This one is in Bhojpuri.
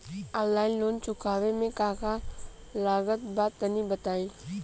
आनलाइन लोन चुकावे म का का लागत बा तनि बताई?